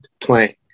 playing